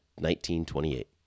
1928